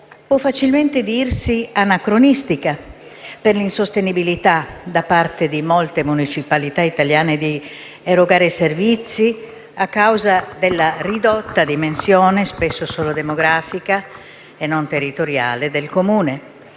può facilmente dirsi anacronistica per l'insostenibilità da parte di molte municipalità italiane dell'erogazione di servizi, a causa della ridotta dimensione, spesso solo demografica e non territoriale, del Comune,